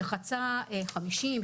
שחצה 50,